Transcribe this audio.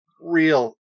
real